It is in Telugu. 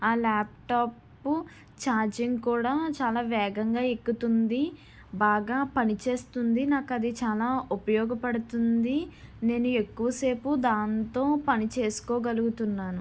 ఆ ల్యాప్టాప్ చార్జింగ్ కూడా చాలా వేగంగా ఎక్కుతుంది బాగా పనిచేస్తుంది నాకు అది చాలా ఉపయోగపడుతుంది నేను ఎక్కువ సేపు దాంతో పని చేసుకోగలుగుతున్నాను